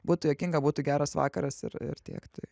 būtų juokinga būtų geras vakaras ir tiek